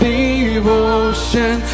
devotion